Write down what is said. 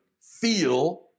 feel